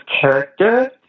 character